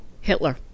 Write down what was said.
Hitler